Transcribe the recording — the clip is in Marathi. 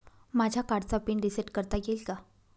माझ्या कार्डचा पिन रिसेट करता येईल का?